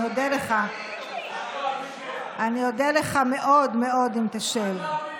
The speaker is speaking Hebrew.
אני אודה לך, אודה לך מאוד מאוד אם תשב.